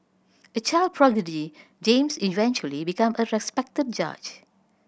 a child prodigy James eventually became a respected judge